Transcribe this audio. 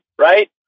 Right